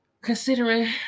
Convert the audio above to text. considering